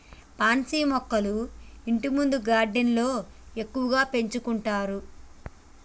pansy మొక్కలు ఇంటిముందు గార్డెన్లో ఎక్కువగా పెంచుకుంటారు